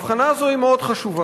וההבחנה הזאת מאוד חשובה.